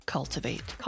Cultivate